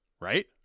right